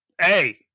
hey